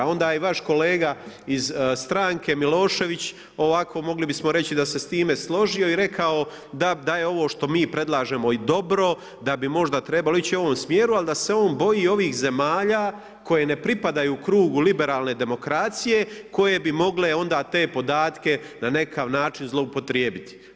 Onda je vaš kolega iz stranke, Milošević, ovako mogli bismo reći da se s time složio i rekao da je ovo što mi predlažemo i dobro, da bi možda trebalo ići u ovom smjeru, ali da se on boji ovih zemalja koje ne pripadaju krugu liberalne demokracije, koje bi mogle onda te podatke na nekakav način zloupotrijebiti.